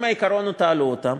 אם העיקרון הוא "תעלו אותם",